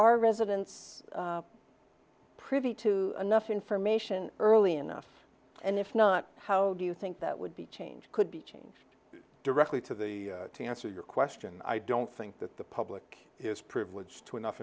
are residents privy to enough information early enough and if not how do you think that would be change could be changed directly to the to answer your question i don't think that the public is privileged to enough